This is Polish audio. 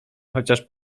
chociaż